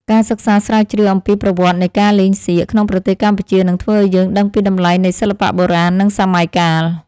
ការសិក្សាស្រាវជ្រាវអំពីប្រវត្តិនៃការលេងសៀកក្នុងប្រទេសកម្ពុជានឹងធ្វើឱ្យយើងដឹងពីតម្លៃនៃសិល្បៈបុរាណ និង សម័យកាល។